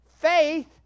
faith